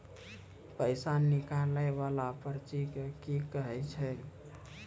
पैसा निकाले वाला पर्ची के की कहै छै?